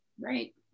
right